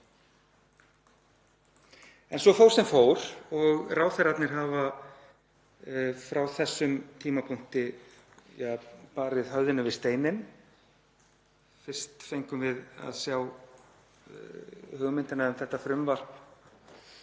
En svo fór sem fór og ráðherrarnir hafa frá þessum tímapunkti barið höfðinu við steininn. Fyrst fengum við að sjá hugmyndina um þetta frumvarp